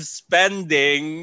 spending